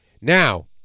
Now